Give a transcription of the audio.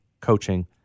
coaching